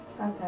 Okay